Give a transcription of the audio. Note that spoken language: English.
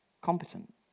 competent